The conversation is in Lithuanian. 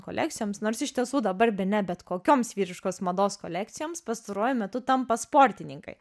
kolekcijoms nors iš tiesų dabar bene bet kokioms vyriškos mados kolekcijoms pastaruoju metu tampa sportininkai